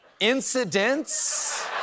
Incidents